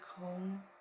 home